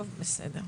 טוב, בסדר.